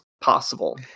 possible